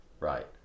Right